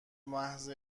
محض